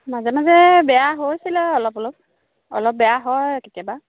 মাজে মাজে বেয়া হৈছিলে অলপ অলপ অলপ বেয়া হয় কেতিয়াবা